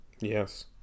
yes